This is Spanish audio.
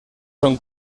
son